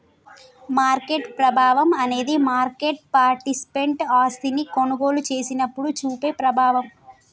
market ప్రభావం అనేది market participant ఆస్తిని కొనుగోలు చేసినప్పుడు చూపే ప్రభావం